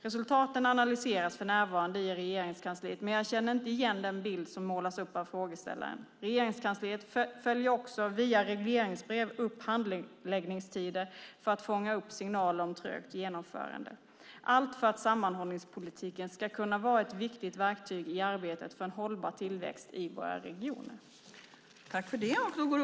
Resultaten analyseras för närvarande i Regeringskansliet, men jag känner inte igen den bild som målas upp av frågeställaren. Regeringskansliet följer också via regleringsbrev upp handläggningstider för att fånga upp signaler om trögt genomförande. Allt för att sammanhållningspolitiken ska kunna vara ett viktigt verktyg i arbetet för en hållbar tillväxt i våra regioner.